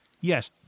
yes